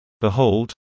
behold